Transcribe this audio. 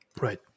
Right